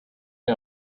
who